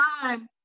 time